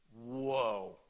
Whoa